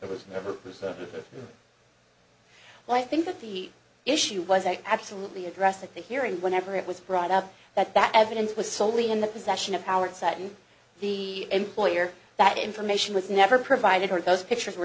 a well i think that the issue was absolutely addressed at the hearing whenever it was brought up that that evidence was solely in the possession of power seitan the employer that information was never provided or those pictures were